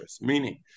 Meaning